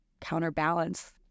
counterbalance